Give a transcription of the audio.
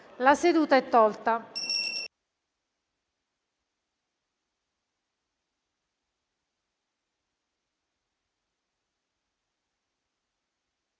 La seduta è tolta